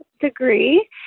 degree